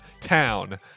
town